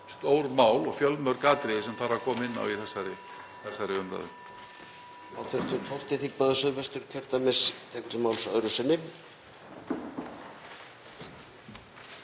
stórmál og fjölmörg atriði sem þarf að koma inn á í þessari umræðu.